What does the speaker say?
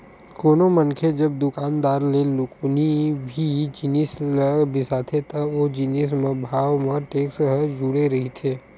कोनो मनखे जब दुकानदार ले कोनो भी जिनिस ल बिसाथे त ओ जिनिस म भाव म टेक्स ह जुड़े रहिथे